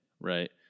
right